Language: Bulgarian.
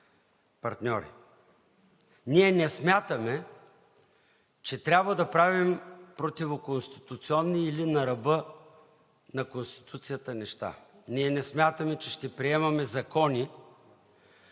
партньори. Ние не смятаме, че трябва да правим противоконституционни или на ръба на Конституцията неща. Ние не смятаме, че ще приемаме закони,